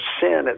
sin